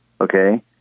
okay